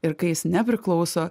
ir kai jis nepriklauso